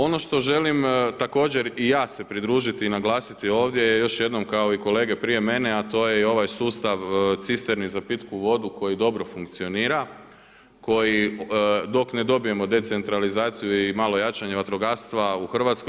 Ono što želim također i ja se pridružiti i naglasiti ovdje je još jednom kao i kolege prije mene a to je i ovaj sustav cisterni za pitku vodu koji dobro funkcionira, koji dok ne dobijemo decentralizaciju i malo jačanje vatrogastva u Hrvatskoj.